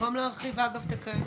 במקום להרחיב את הקיימים.